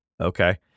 okay